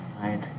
Right